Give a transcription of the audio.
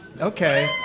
Okay